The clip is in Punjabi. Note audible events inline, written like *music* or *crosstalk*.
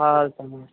*unintelligible*